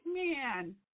man